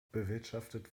bewirtschaftet